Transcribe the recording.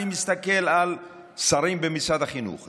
אני מסתכל על שרים במשרד החינוך,